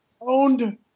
Owned